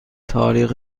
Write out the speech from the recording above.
تاریخ